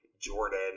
Jordan